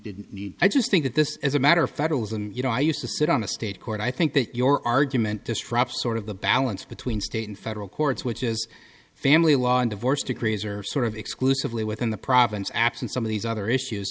didn't need i just think that this is a matter of federalism you know i used to sit on a state court i think that your argument to strap sort of the balance between state and federal courts which is family law in divorce decrees are sort of exclusively within the province absent some of these other issues